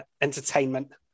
entertainment